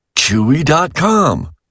Chewy.com